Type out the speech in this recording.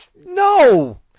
no